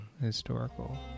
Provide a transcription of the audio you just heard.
historical